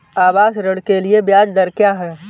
आवास ऋण के लिए ब्याज दर क्या हैं?